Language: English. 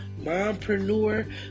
mompreneur